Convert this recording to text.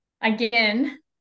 again